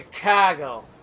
Chicago